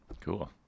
Cool